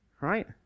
right